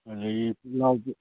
ꯑꯗꯒꯤ ꯄꯨꯛꯂꯥꯎꯕꯤ